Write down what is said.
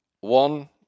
One